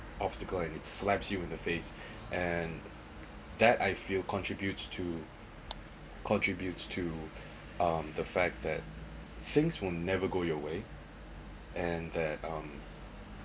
obstacle in its slaps you in the face and that I feel contribute to contribute to um the fact that things will never go your way and that um